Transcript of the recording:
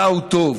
רע הוא טוב,